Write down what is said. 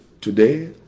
Today